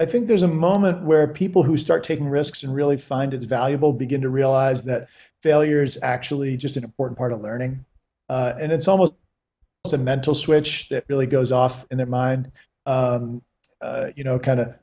i think there's a moment where people who start taking risks and really find it valuable begin to realize that failure is actually just an important part of learning and it's almost a mental switch that really goes off in their mind you know kind